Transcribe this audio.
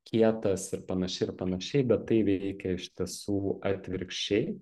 kietas ir panašiai ir panašiai bet tai veikia iš tiesų atvirkščiai